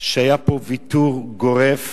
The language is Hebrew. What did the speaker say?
שהיה פה ויתור גורף